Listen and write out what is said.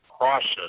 process